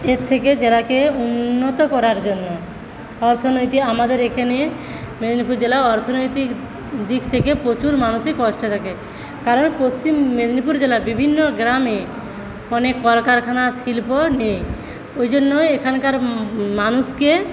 এর থেকে জেলাকে উন্নত করার জন্য অর্থনৈতিক আমাদের এখানে মেদিনীপুর জেলা অর্থনৈতিক দিক থেকে প্রচুর মানসিক কষ্টে থাকে কারণ পশ্চিম মেদিনীপুর জেলার বিভিন্ন গ্রামে অনেক কলকারখানা শিল্প নেই ওই জন্যই এখানকার মানুষকে